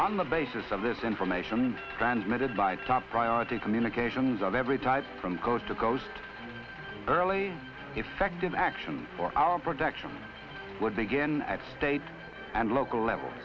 on the basis of this information transmitted by top priority communications of every type from coast to coast early effective action for our protection would begin at state and local level